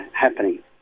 happening